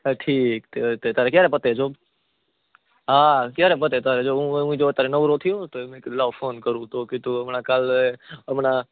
ઠીક તે તે તારે ક્યારે પતે જોબ હા હા ક્યારે પતે તારે જોબ હું ય અત્યારે જો નવરો થયો તો એ મેં કીધું લાવ ફોન કરું તો કીધું હમણાં કાલે હમણાં